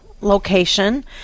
location